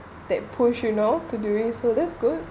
push you know to doing so that's good